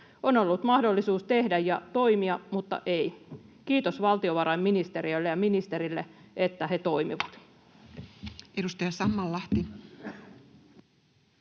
On ollut mahdollisuus tehdä ja toimia, mutta ei. — Kiitos valtiovarainministeriölle ja ministerille, että he toimivat. [Speech